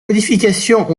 modifications